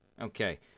okay